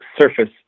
surface